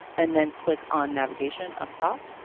and then click on navigation up top.